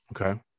Okay